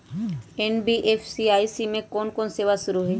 NBFC में अभी कोन कोन सेवा शुरु हई?